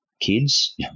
kids